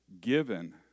given